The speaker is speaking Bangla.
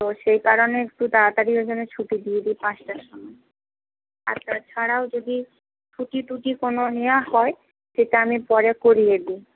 তো সেই কারণে একটু তাড়াতাড়ি ওই জন্যে ছুটি দিয়ে দিই পাঁচটার সময় আর তাছাড়াও যদি ছুটি টুটি কোনো নেওয়া হয় সেটা আমি পরে করিয়ে দিই